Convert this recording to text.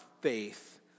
faith